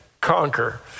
conquer